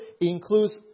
includes